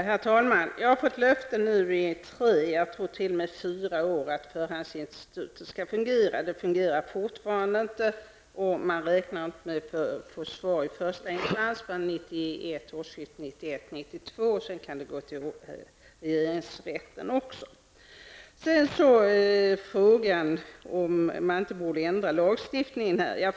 Herr talman! Jag har nu i tre -- möjligen t.o.m. fyra -- år fått löfte om att förhandsinstitutet skall fungera. Det fungerar fortfarande inte, och man räknar inte med att få svar i första instans förrän årsskiftet 1991/92; sedan kan ärendet också gå till regeringsrätten. Så till frågan om man inte borde ändra lagstiftningen här.